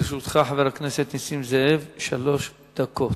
לרשותך, חבר הכנסת נסים זאב, שלוש דקות.